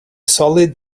solid